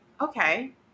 Okay